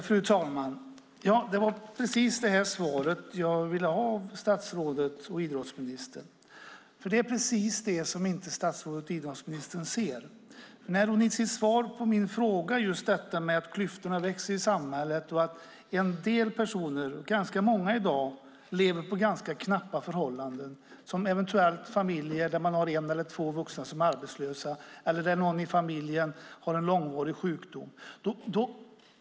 Fru talman! Det var precis det svaret jag ville ha av idrottsministern, för det är precis det som statsrådet inte ser, som hon svarar på min fråga om just detta att klyftorna i samhället växer och att en del personer - i dag ganska många - lever under ganska knappa förhållanden, som familjer med en eller två vuxna som är arbetslösa eller där någon har en långvarig sjukdom.